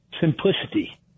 simplicity